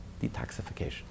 detoxification